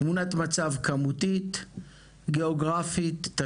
תמונת מצב כמותית, גיאוגרפית, תשתיתית,